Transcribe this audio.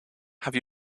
have